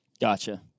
Gotcha